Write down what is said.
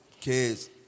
kids